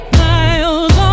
miles